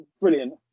brilliant